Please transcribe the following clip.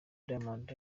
diamond